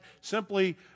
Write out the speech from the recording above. simply